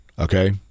okay